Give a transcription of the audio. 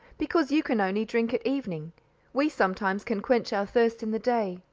because you can only drink at evening we sometimes can quench our thirst in the day,